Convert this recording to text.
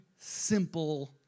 simple